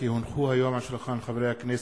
כי הונחו היום על שולחן הכנסת,